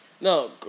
No